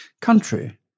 country